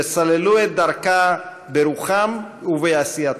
שסללו את דרכה ברוחם ובעשייתם.